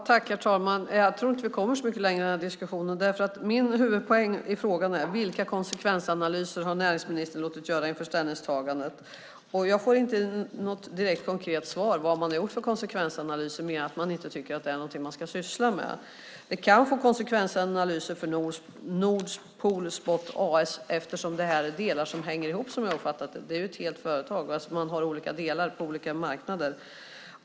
Herr talman! Jag tror inte att vi kommer så mycket längre i den här diskussionen. Min huvudpoäng i frågan är: Vilka konsekvensanalyser har näringsministern låtit göra inför ställningstagandet? Jag får inte något direkt konkret svar på vad man har gjort för konsekvensanalyser mer än att man inte tycker att det är något som man ska syssla med. Det kan få konsekvenser för Nord Pool Spot AS, eftersom det är delar som hänger ihop som jag har uppfattat det. Det är ju ett helt företag, fast man har olika delar på olika marknader.